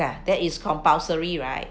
ya that is compulsory right